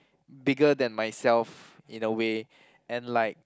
bigger than myself in a way and like